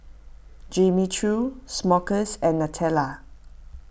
Jimmy Choo Smuckers and Nutella